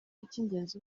icy’ingenzi